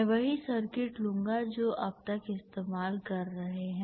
मैं वही सर्किट लूंगा जो अब तक इस्तेमाल कर रहा है